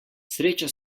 sreča